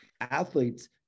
athletes